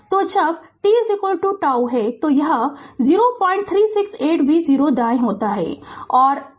तो जब t τ तो यह 0368 v0 दायें होता है